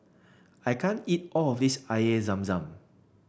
I can't eat all of this Air Zam Zam